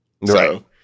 Right